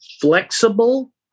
flexible